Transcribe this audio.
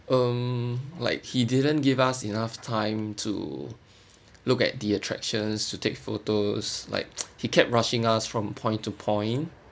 um like he didn't give us enough time to look at the attractions to take photos like he kept rushing us from point to point